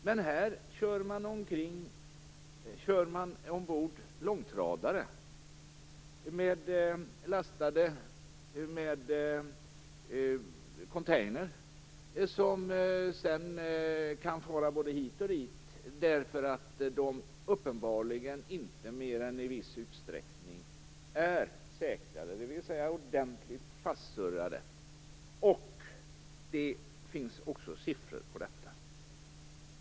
Men här kör man ombord långtradare lastade med containrar som sedan kan fara både hit och dit, därför att de uppenbarligen inte i mer än viss utsträckning är säkrade, dvs. ordentligt fastsurrade. Det finns också siffror på detta.